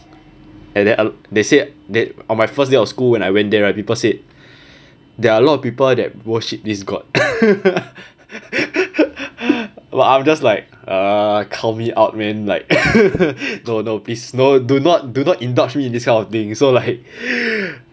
and then they said that on my first day of school when I went there right the people said there are a lot of people that worship this god well I'm just like uh count me out man like no no please no do not do not indulge me in this kind of thing so like